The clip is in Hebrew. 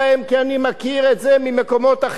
כי אני מכיר את זה ממקומות אחרים,